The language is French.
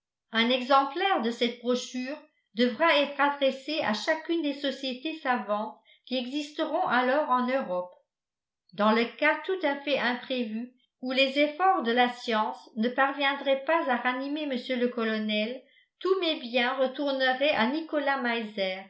un exemplaire de cette brochure devra être adressé à chacune des sociétés savantes qui existeront alors en europe dans le cas tout à fait imprévu où les efforts de la science ne parviendraient pas à ranimer mr le colonel tous mes biens retourneraient à nicolas